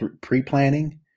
pre-planning